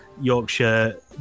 yorkshire